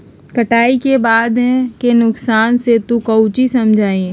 कटाई के बाद के नुकसान से तू काउची समझा ही?